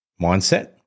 mindset